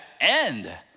end